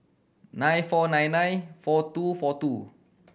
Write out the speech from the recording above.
nine four nine nine four two four two